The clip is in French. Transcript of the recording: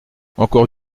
encore